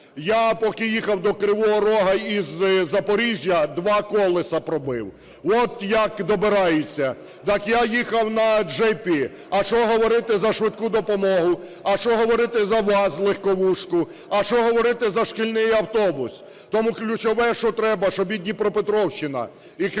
Я, поки їхав до Кривого Рога із Запоріжжя, два колеса пробив. От як добираються. Так я їхав на джипі, а що говорити за швидку допомогу? А що говорити за ВАЗ, легковушку? А що говорити за шкільний автобус? Тому ключове, що треба, щоб і Дніпропетровщина, і Кривий Ріг,